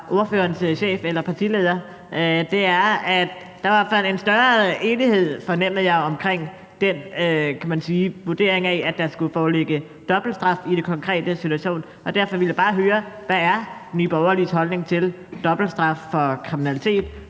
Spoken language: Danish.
ordførerens partileder, var i hvert fald, at der var en større enighed, fornemmede jeg, omkring vurderingen af, at der skulle foreligge dobbeltstraf i den konkrete situation. Derfor vil jeg bare høre: Hvad er Nye Borgerliges holdning til dobbeltstraf for kriminalitet